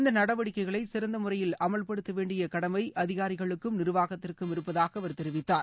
இந்த நடவடிக்கைகளை சிறந்த முறையில் அமல்படுத்த வேண்டிய கடமை அதிகாரிகளுக்கும் நிர்வாகத்திற்கும் இருப்பதாக அவர் தெரிவித்தார்